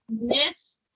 miss